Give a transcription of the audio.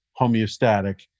homeostatic